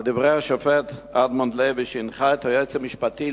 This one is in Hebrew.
לדברי השופט אדמונד לוי שהנחה את היועץ המשפטי